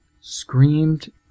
screamed